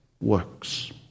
works